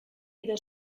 edo